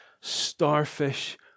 starfish